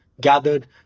gathered